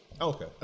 Okay